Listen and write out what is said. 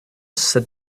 said